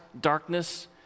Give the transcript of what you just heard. darkness